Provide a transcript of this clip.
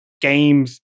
games